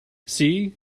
see